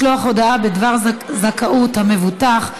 משלוח הודעה בדבר זכאות המבוטח),